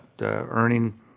earning